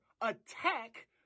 attack